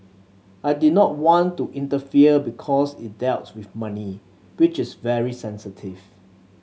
I did not want to interfere because it dealt with money which is very sensitive